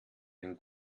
ein